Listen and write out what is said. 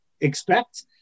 expect